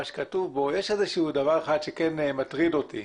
יש איזשהו דבר אחד שכן מטריד אותי.